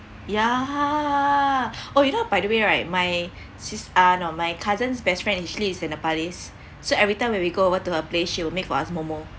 yeah oh you know by the way right my sis uh no my cousin's best friend is actually a nepali's so everytime when we go over to her place she will make for us momo